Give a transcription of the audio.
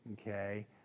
okay